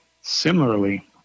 Similarly